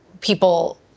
people